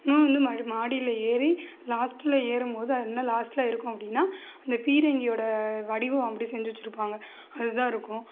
இன்னோன்று வந்து மாடியில் ஏறி லாஸ்ட்டில் ஏறும்போது அது என்ன லாஸ்ட்டில் இருக்கும் அப்படீனா அந்த பீரங்கியோட வடிவம் அப்படியே செஞ்சு வச்சிருப்பாங்க அதுதான் இருக்கும்